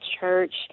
church